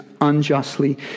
unjustly